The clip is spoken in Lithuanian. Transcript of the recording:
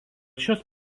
šios